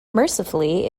mercifully